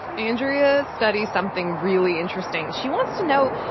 andrea studies something really interesting she wants to know